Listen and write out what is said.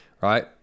right